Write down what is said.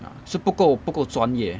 ya 是不够不够专业